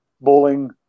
bowling